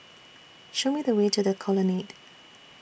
Show Me The Way to The Colonnade